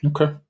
Okay